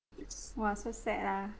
!wah! so sad ah